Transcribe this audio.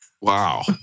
Wow